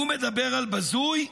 הוא מדבר על בזוי?